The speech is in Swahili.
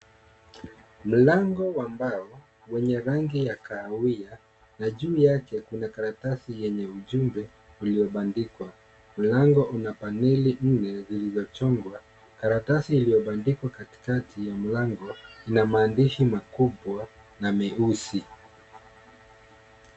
Mlango wa mbao wenye rangi ya kahawia na juu yake kuna karatasi yenye ujumbe uliobandikwa, mlango una paneli nne zilizochongwa, karatasi iliyobandikwa katikati ya mlango ina maandishi makubwa na meusi.